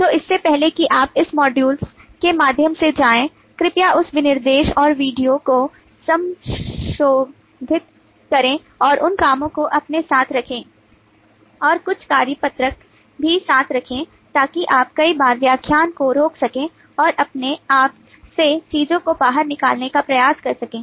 तो इससे पहले कि आप इस मॉड्यूल के माध्यम से जाएं कृपया उस विनिर्देश और वीडियो को संशोधित करें और उन कामों को अपने साथ रखें और कुछ कार्यपत्रक भी साथ रखें ताकि आप कई बार व्याख्यान को रोक सकें और अपने आप से चीजों को बाहर निकालने का प्रयास कर सकें